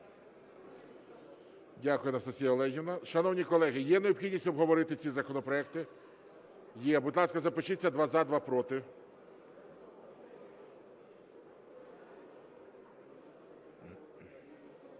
Дякую, Анастасія Олегівна. Шановні колеги, є необхідність обговорити ці законопроекти? Є. Будь ласка, запишіться: два – за, два – проти.